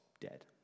dead